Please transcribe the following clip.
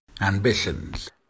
Ambitions